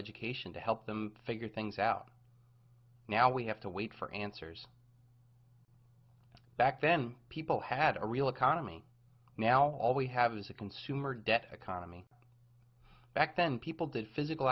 education to help them figure things out now we have to wait for answers back then people had a real economy now all we have is a consumer debt economy back then people did physical